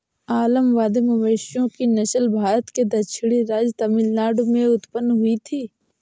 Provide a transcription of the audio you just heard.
अलंबादी मवेशियों की नस्ल भारत के दक्षिणी राज्य तमिलनाडु में उत्पन्न हुई थी